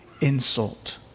insult